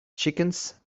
chickens